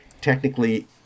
technically